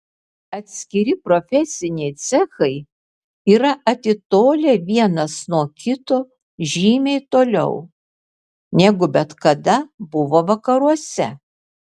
atskiri profesiniai cechai yra atitolę vienas nuo kito žymiai toliau negu bet kada buvo vakaruose